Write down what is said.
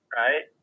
right